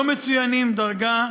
לא מצוינים דרגה,